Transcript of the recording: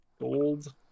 Gold